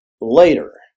later